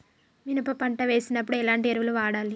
మినప పంట వేసినప్పుడు ఎలాంటి ఎరువులు వాడాలి?